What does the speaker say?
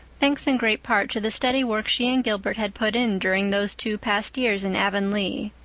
thanks in great part to the steady work she and gilbert had put in during those two past years in avonlea.